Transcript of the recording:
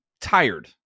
tired